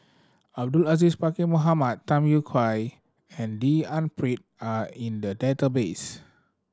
Abdul Aziz Pakkeer Mohamed Tham Yui Kai and D N Pritt are in the database